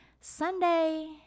Sunday